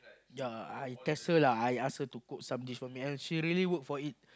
ya I test her lah I ask her cook some dish for me and she really work for it